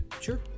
sure